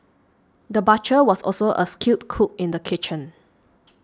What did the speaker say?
the butcher was also a skilled cook in the kitchen